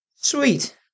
sweet